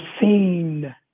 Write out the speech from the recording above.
seen